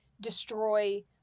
destroy